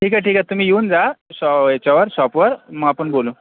ठीक आहे ठीक आहे तुम्ही येऊन जा सॉ याच्यावर शॉपवर मग आपण बोलू